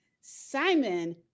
Simon